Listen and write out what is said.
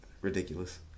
Ridiculous